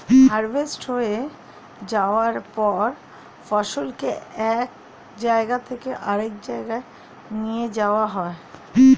harvest হয়ে যাওয়ার পর ফসলকে এক জায়গা থেকে আরেক জায়গায় নিয়ে যাওয়া হয়